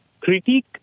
Critique